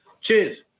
Cheers